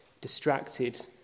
distracted